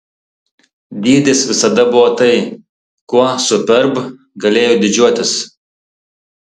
dydis visada buvo tai kuo superb galėjo didžiuotis